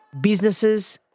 businesses